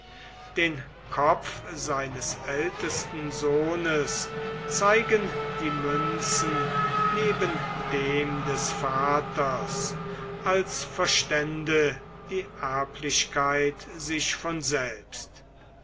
den kopf seines ältesten sohnes zeigen die münzen neben dem des vaters als verstände die erblichkeit sich von selbst